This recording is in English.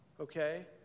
Okay